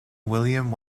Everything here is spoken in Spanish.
william